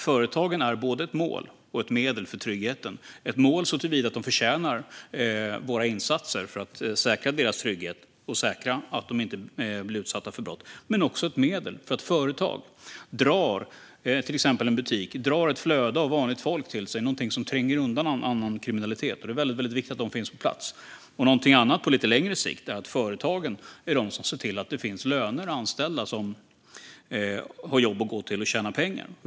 Företagen är både ett mål och ett medel för tryggheten - ett mål såtillvida att de förtjänar våra insatser för att säkra deras trygghet så att de inte blir utsatta för brott och ett medel för att företag, till exempel en butik, drar ett flöde av vanligt folk till sig, vilket tränger undan kriminalitet. Det är viktigt att de finns på plats. Någonting annat, på lite längre sikt, är att företagen är de som ser till att det finns löner och anställda, alltså att människor har jobb att gå till och kan tjäna pengar.